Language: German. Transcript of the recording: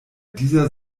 dieser